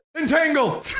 entangle